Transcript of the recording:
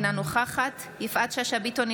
אינה נוכחת יפעת שאשא ביטון,